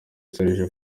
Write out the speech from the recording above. serge